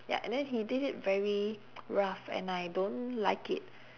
ya and then he did it very rough and I don't like it